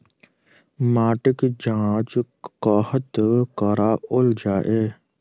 माटिक जाँच कतह कराओल जाए?